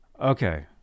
Okay